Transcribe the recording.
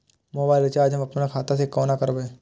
Mobile recharge हम आपन खाता से कोना करबै?